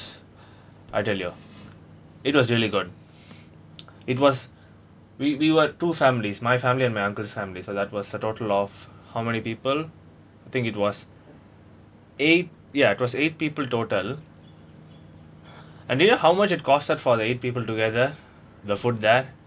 I tell you it was really good it was we we were two families my family and my uncle's family so that was a total of how many people I think it was eight ya it was eight people total and you know how much it costs for that eight people together the food there